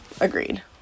Agreed